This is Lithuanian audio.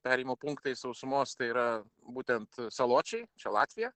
perėjimo punktai sausumos tai yra būtent saločiai čia latvija